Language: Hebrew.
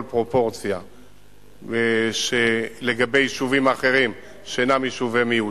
פרופורציה לגבי יישובים אחרים שאינם יישובי מיעוטים,